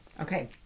Okay